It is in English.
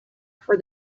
for